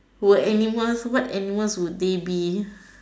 were animals what animals would they be